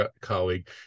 colleague